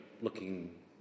looking